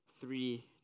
three